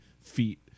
feet